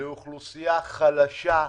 לאוכלוסייה חלשה.